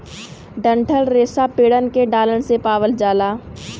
डंठल रेसा पेड़न के डालन से पावल जाला